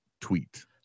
tweet